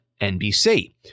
NBC